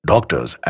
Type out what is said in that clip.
Doctors